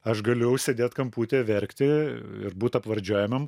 aš galiu sėdėt kamputyje verkti ir būt apvardžiuojamam